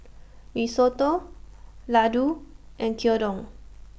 Risotto Ladoo and Gyudon